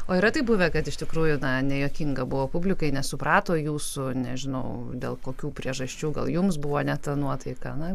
o ar yra taip buvę kad iš tikrųjų na nejuokinga buvo publikai nesuprato jūsų nežinau dėl kokių priežasčių gal jums buvo ne ta nuotaika na